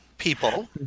people